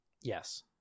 yes